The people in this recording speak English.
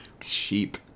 Sheep